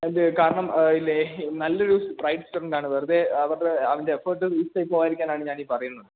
അതിൻ്റെ കാരണം ഇല്ലേ നല്ലൊരു ബ്രൈറ്റ് സ്റ്റുഡൻറ്റാണ് വെറുതെ അവൻ്റെ എഫേർട്ട് വേസ്റ്റായിപ്പോകാതിരിക്കാനാണ് ഞാനീ പറയുന്നത്